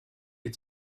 est